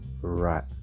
Right